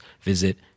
visit